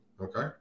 Okay